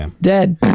Dead